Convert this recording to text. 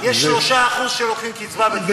יש 3% שלוקחים קצבה בכסף,